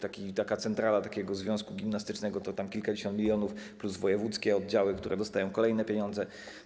Taka centrala takiego związku gimnastycznego to tam kilkadziesiąt milionów plus wojewódzkie oddziały, które dostają kolejne pieniądze.